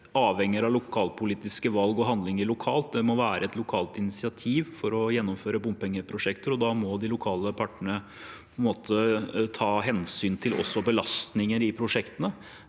avhenger av lokalpolitiske valg og handlinger lokalt. Det må være et lokalt initiativ for å gjennomføre bompengeprosjekter, og da må de lokale partene ta hensyn til belastninger i prosjektene